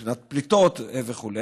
מבחינת פליטות וכו'